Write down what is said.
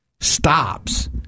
stops